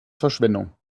verschwendung